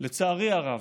לצערי הרב,